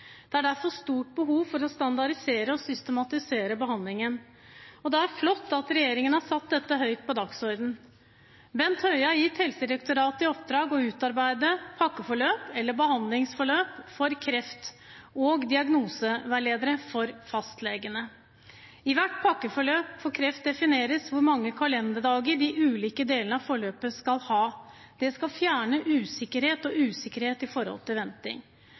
Det er derfor et stort behov for å standardisere og systematisere behandlingen. Det er flott at regjeringen har satt dette høyt på dagsordenen. Bent Høie har gitt Helsedirektoratet i oppdrag å utarbeide pakkeforløp, eller behandlingsforløp, for kreft og diagnoseveiledere for fastlegene. I hvert pakkeforløp for kreft defineres hvor mange kalenderdager de ulike delene av forløpet skal ha. Det skal fjerne usikkerhet – og usikkerhet med hensyn til venting.